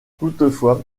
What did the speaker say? toutefois